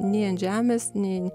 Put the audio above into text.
nei ant žemės nei